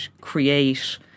create